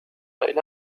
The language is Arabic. إلى